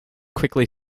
quickly